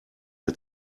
der